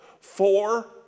Four